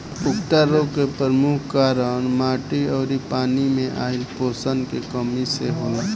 उकठा रोग के परमुख कारन माटी अउरी पानी मे आइल पोषण के कमी से होला